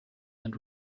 and